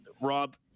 Rob